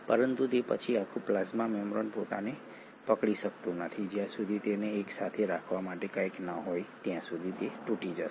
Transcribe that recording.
પરંતુ તે પછી આખું પ્લાઝ્મા મેમ્બ્રેન પોતાને પકડી શકતું નથી જ્યાં સુધી તેને એક સાથે રાખવા માટે કંઈક ન હોય ત્યાં સુધી તે તૂટી જશે